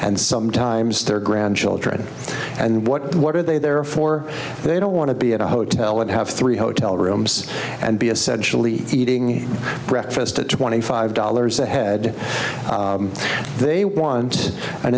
and sometimes their grandchildren and what are they there for they don't want to be in a hotel and have three hotel rooms and be essential eating breakfast at twenty five dollars a head they want an